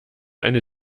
eine